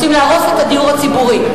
רוצים להרוס את הדיור הציבורי.